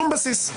שום בסיס.